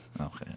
Okay